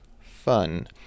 fun